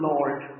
Lord